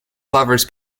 lover’s